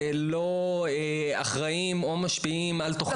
לא אחראים או משפיעים על תכנית הלימודים.